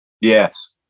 Yes